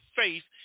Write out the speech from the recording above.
faith